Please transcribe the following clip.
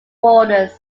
borders